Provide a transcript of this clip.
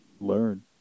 learn